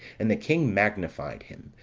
and the king magnified him,